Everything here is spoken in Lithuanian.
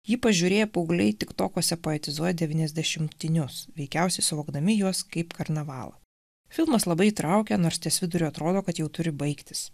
jį pažiūrėję paaugliai tiktokuose poetizuoja devyniasdešimtinius veikiausiai suvokdami juos kaip karnavalą filmas labai įtraukia nors ties viduriu atrodo kad jau turi baigtis